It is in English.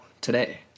today